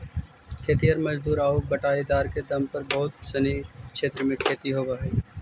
खेतिहर मजदूर आउ बटाईदार के दम पर बहुत सनी क्षेत्र में खेती होवऽ हइ